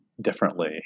differently